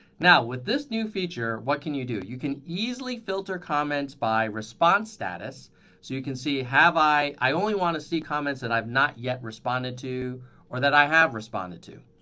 now, with this new feature, what can you do? you can easily filter comments by response status so you can see, i i only want to see comments that i've not yet responded to or that i have responded to.